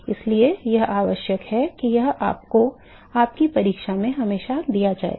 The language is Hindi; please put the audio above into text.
इसलिए यह आवश्यक है कि यह आपको आपकी परीक्षा में हमेशा दिया जाएगा